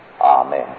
Amen